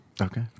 Okay